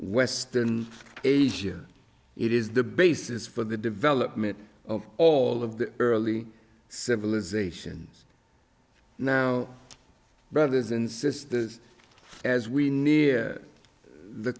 western asia it is the basis for the development of all of the early civilizations now brothers and sisters as we near the